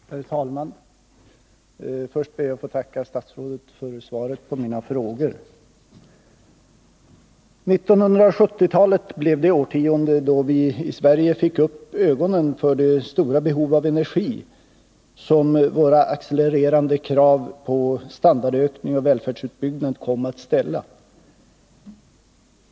Herr talman! Först ber jag att få tacka statsrådet för svaret på mina frågor. 1970-talet blev det årtionde då vi i Sverige fick upp ögonen för det stora behov av energi som våra accelererande krav på standardökning och välfärdsutbyggnad kom att ställa.